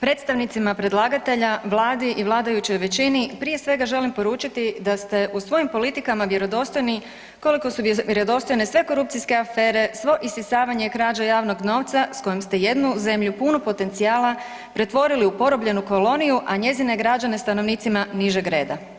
predstavnicima predlagatelja, Vladi i vladajućoj većini prije svega želim poručiti da ste u svojim politikama vjerodostojni koliko su vjerodostojne sve korupcijske afere, svo isisavanje i krađa javnog novca s kojim ste jednu zemlju punu potencijala pretvorili u porobljenu koloniju, a njezine građane stanovnicima nižeg reda.